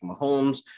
Mahomes